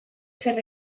zer